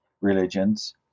religions